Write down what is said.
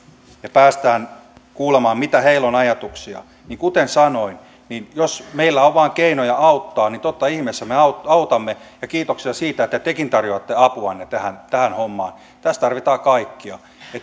ja pääsemme kuulemaan mitä ajatuksia heillä on niin kuten sanoin jos meillä vain on keinoja auttaa niin totta ihmeessä me autamme autamme ja kiitoksia siitä että tekin tarjoatte apuanne tähän tähän hommaan tässä tarvitaan kaikkia